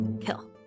kill